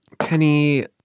Penny